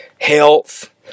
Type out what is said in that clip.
health